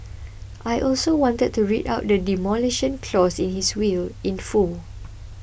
I also wanted to read out the Demolition Clause in his will in full